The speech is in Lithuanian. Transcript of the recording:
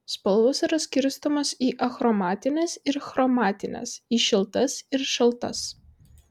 spalvos yra skirstomos į achromatines ir chromatines į šiltas ir šaltas